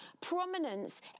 prominence